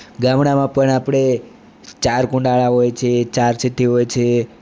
ગામડામાં પણ આપણે ચાર કુંડાળાં હોય છે ચાર ચિઠ્ઠી હોય છે